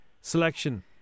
selection